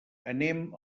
anem